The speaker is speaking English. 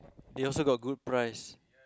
they also got good price